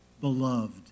beloved